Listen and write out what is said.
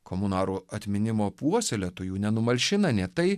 komunarų atminimo puoselėtojų nenumalšina nė tai